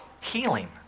healing